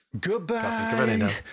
goodbye